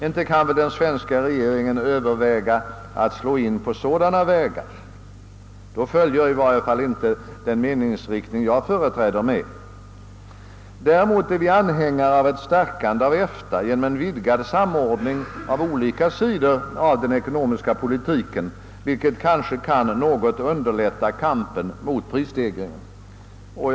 Inte kan väl den svenska regeringen överväga att slå in på sådana vägar? Då följer i varje fall inte den meningsriktning jag företräder med. Däremot är vi anhängare av ett stärkande av EFTA genom en vidgad samordning av olika sidor av den ekonomiska politiken, vilket kanske kan något underlätta kampen mot prisstegringar.